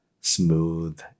smooth